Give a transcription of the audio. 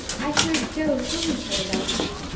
i heard joe telling her about me,